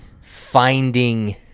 finding